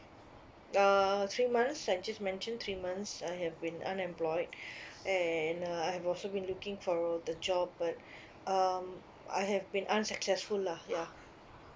err three months I just mentioned three months I have been unemployed and uh I have also been looking for a the job but um I have been unsuccessful lah ya